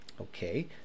Okay